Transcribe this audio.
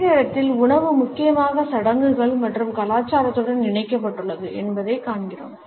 அதே நேரத்தில் உணவு முக்கியமாக சடங்குகள் மற்றும் கலாச்சாரத்துடன் இணைக்கப்பட்டுள்ளது என்பதைக் காண்கிறோம்